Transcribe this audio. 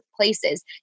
places